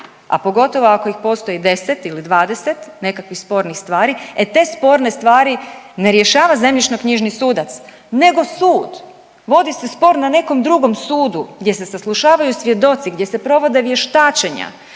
a pogotovo ako ih postoji 10 ili 20 nekakvih spornih stvari, e te sporne stvari ne rješava zemljišno-knjižni sudac, nego sud. Vodi se spor na nekom drugom sudu gdje se saslušavaju svjedoci, gdje se provode vještačenja,